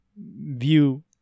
view